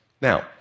Now